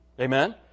Amen